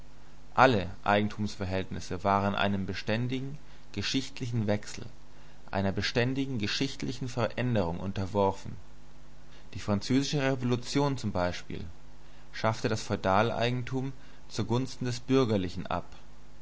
alle eigentumsverhältnisse waren einem beständigen geschichtlichen wandel einer beständigen geschichtlichen veränderung unterworfen die französische revolution z b schaffte das feudaleigentum zugunsten des bürgerlichen ab